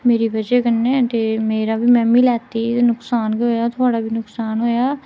मेरी बजह् कन्नै ते मेरा बी में बी लैती दी ही नुक्सान गै होएआ थुआढ़ा बी नुक्सान होएआ